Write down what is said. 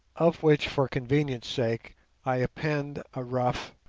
of which for convenience' sake i append a rough,